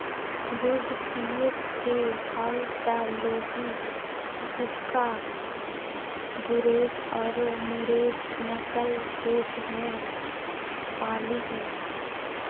दूध पिये के हाउ त लोही, कूका, गुरेज औरो नुरेज नस्ल के भेड़ पालीहीं